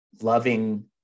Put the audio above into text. loving